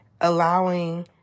allowing